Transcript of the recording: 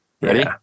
ready